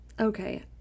Okay